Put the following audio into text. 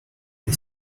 the